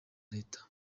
leta